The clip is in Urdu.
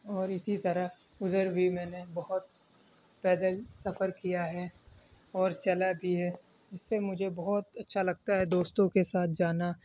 اور اسی طرح ادھر بھی میں نے بہت پیدل سفر کیا ہے اور چلا بھی ہے جس سے مجھے بہت اچھا لگتا ہے دوستوں کے ساتھ جانا